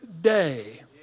day